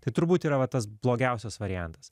tai turbūt yra va tas blogiausias variantas